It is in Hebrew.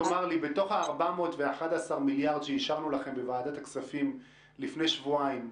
מתוך 411 מיליארד שאישרנו לכם בוועדת הכספים לפני שבועיים,